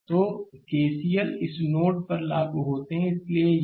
तो केसीएल इस नोड पर लागू होते हैं इसलिए यह